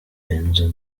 benzo